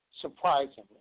surprisingly